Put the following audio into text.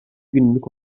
günlük